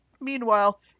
meanwhile